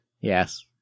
Yes